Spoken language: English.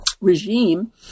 regime